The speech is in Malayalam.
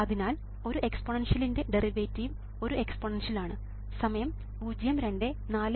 അതിനാൽ ഒരു എക്സ്പോണൻഷ്യലിന്റെ ഡെറിവേറ്റീവ് ഒരു എക്സ്പോണൻഷ്യൽ ആണ്